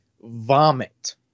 vomit